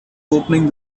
opening